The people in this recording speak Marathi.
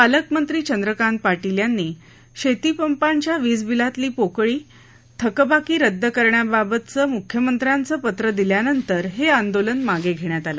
पालकमंत्री चंद्रकांत पाटील यांनी शेती पंपांच्या वीज बिलातली पोकळ थकबाकी रद्द करण्याबाबतचं मुख्यमंत्र्यांचं पत्र दिल्यानंतर हे आंदोलन मागं घेण्यात आलं